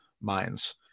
minds